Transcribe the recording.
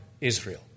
Israel